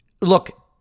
look